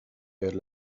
per